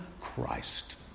Christ